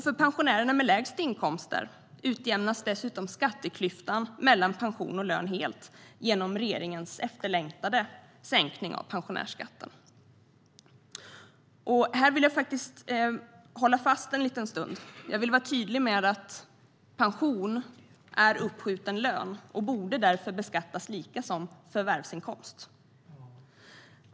För pensionärerna med de lägsta inkomsterna utjämnas dessutom skatteklyftan mellan pension och lön helt genom regeringens efterlängtade sänkning av pensionärsskatten. Jag vill hålla mig kvar vid det här en liten stund. Jag vill vara tydlig med att pension är uppskjuten lön och därför borde beskattas lika som förvärvsinkomst.